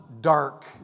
dark